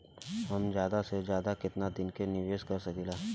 हम ज्यदा से ज्यदा केतना दिन के निवेश कर सकिला?